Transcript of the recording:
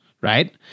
right